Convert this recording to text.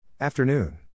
Afternoon